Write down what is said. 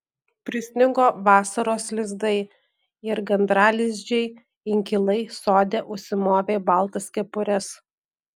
prisnigo vasaros lizdai ir gandralizdžiai inkilai sode užsimovė baltas kepures